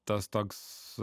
tas toks